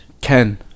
Ken